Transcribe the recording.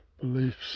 beliefs